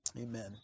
Amen